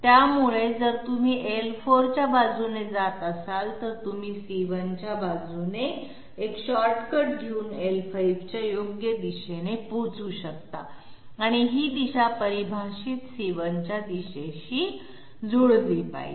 त्यामुळे जर तुम्ही l4 च्या बाजूने जात असाल तर तुम्ही c1 च्या बाजूने एक शॉर्टकट घेऊन l5 च्या योग्य दिशेने पोहोचू शकता आणि ही दिशा परिभाषित c1 च्या दिशेशी जुळली पाहिजे